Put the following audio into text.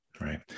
Right